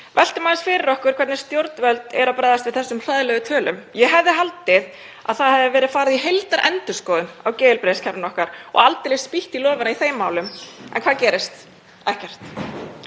Veltum aðeins fyrir okkur hvernig stjórnvöld eru að bregðast við þessum hræðilegu tölum. Ég hefði haldið að það hefði verið farið í heildarendurskoðun á geðheilbrigðiskerfinu okkar og aldeilis spýtt í lófana í þeim málum. En hvað gerist? Ekkert.